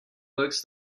books